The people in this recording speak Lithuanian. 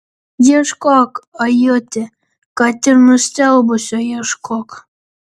ieškok ajuti kad ir nustelbusio ieškok